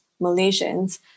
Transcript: Malaysians